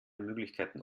möglichkeiten